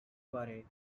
buried